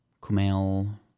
Kumail